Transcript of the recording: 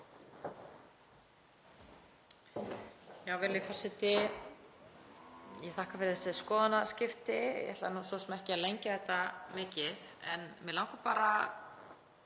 Virðulegi forseti. Ég þakka fyrir þessi skoðanaskipti. Ég ætla svo sem ekki að lengja þetta mikið en mig langar bara